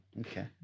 Okay